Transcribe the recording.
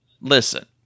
Listen